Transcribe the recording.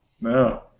No